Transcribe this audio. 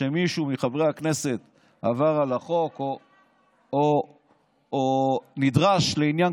שמישהו מחברי הכנסת עבר על החוק או נדרש לעניין